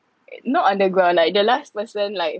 not on the ground like the last person like